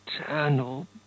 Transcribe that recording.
eternal